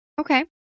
Okay